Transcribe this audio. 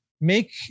Make